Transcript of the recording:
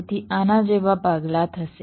તેથી આના જેવાં ભાગલા થશે